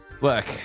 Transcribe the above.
Look